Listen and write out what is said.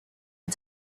and